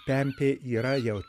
pempė yra jau